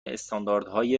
استانداردسازی